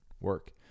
work